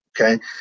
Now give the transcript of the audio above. okay